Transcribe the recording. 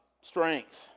strength